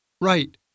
Right